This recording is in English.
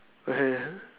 okay